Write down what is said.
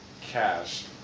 Cash